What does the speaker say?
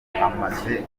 amaze